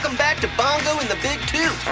um back to bongo and the big toot.